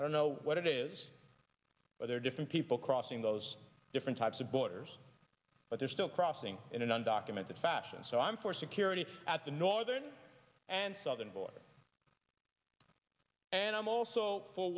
i don't know what it is but there are different people crossing those different types of borders but they're still crossing in an undocumented fashion so i'm for security at the northern and southern border and i'm also for